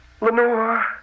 Lenore